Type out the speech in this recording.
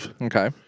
Okay